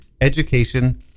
education